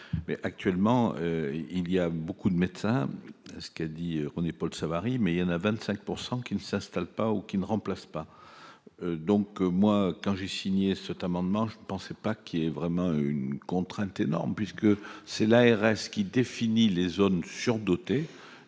actuellement il y a beaucoup de médecins ce qu'il a dit, René-Paul Savary, mais il y en a 25 pourcent qui ne s'installe pas ou qui ne remplace pas, donc moi quand j'ai signé Ceuta moment je ne pensais pas qu'il est vraiment une contrainte énorme puisque c'est la RS qui défini les zones surdotées